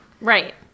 Right